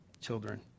children